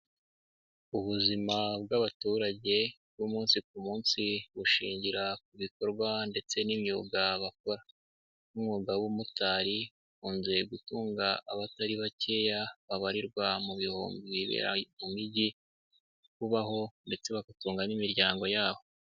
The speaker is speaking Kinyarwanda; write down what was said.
Ubuzima bw'abaturage b'umunsi ku munsi, bushingira ku bikorwa ndetse n'imyuga bakora. Nk'umwuga w'ubumotari ukunze gutunga abatari bakeya, babarirwa mubihumbi bibera mijyi kubaho ndetse bagatunga n'imiryango yabo.